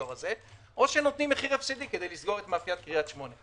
או נותנים מחיר הפסדי כדי לסגור את מאפיית קריית שמונה.